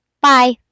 Bye